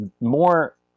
more